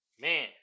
Man